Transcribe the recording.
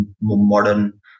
modern